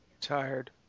Tired